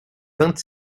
vingt